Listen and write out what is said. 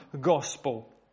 gospel